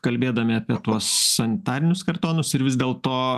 kalbėdami apie tuos sanitarinius kartonus ir vis dėlto